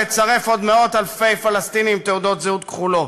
לצרף עוד מאות-אלפי פלסטינים עם תעודות זהות כחולות.